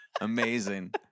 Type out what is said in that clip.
Amazing